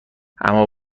اما